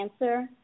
answer